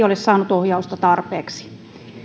ole saanut ohjausta tarpeeksi